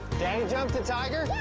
daddy jump the tiger?